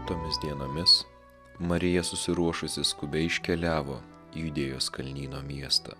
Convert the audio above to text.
tomis dienomis marija susiruošusi skubiai iškeliavo į judėjos kalnyno miestą